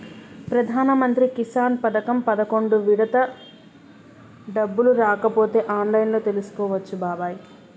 ప్రధానమంత్రి కిసాన్ పథకం పదకొండు విడత డబ్బులు రాకపోతే ఆన్లైన్లో తెలుసుకోవచ్చు బాబాయి